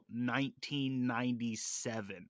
1997